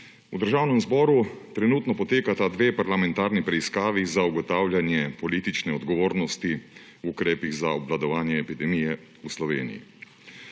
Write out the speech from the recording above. V Državnem zboru trenutno potekata dve parlamentarni preiskavi za ugotavljanje politične odgovornosti o ukrepih za obvladovanje epidemije v Sloveniji,